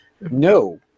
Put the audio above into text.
no